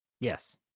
Yes